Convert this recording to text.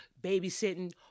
babysitting